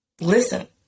Listen